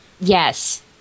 Yes